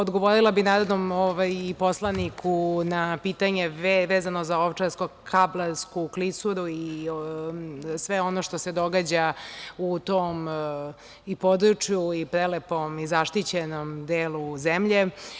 Odgovorila bih narodnom poslaniku na pitanje vezano za Ovčarsko-kablarsku klisuru i sve ono što se događa u tom i području i prelepom i zaštićenom delu zemlje.